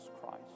Christ